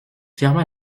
ferma